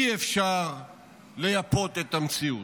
אי-אפשר לייפות את המציאות,